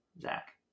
Zach